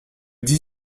dix